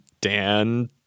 Dan